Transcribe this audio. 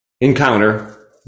encounter